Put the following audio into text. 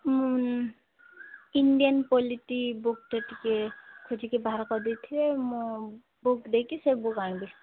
ହୁଁ Indian polity ବୁକ୍ଟା ଟିକେ ଖୋଜିକି ବାହାର କରି ଦେଇଥିବେ ମୁଁ ବୁକ୍ ଦେଇକି ସେ ବୁକ୍ ଆଣିବି